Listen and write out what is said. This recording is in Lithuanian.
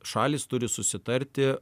šalys turi susitarti